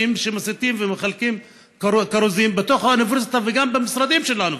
שמסיתים ומחלקים כרוזים בתוך האוניברסיטה,